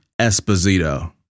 Esposito